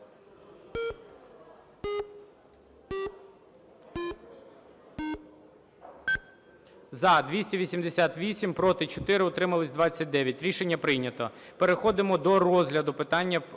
За-288 Проти – 4, утримались – 29. Рішення прийнято. Переходимо до розгляду питання